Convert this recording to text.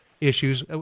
issues